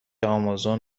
امازون